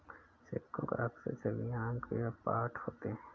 सिक्कों पर अक्सर छवियां अंक या पाठ होते हैं